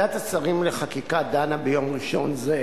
ועדת השרים לחקיקה דנה ביום ראשון זה